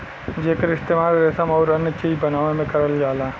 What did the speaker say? जेकर इस्तेमाल रेसम आउर अन्य चीज बनावे में करल जाला